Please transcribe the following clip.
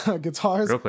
Guitars